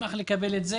שנשמח לקבל אותן.